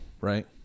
right